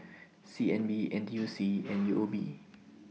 C N B N T U C and U O B